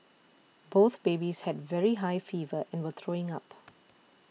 both babies had very high fever and were throwing up